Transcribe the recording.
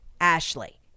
Ashley